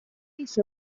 batetik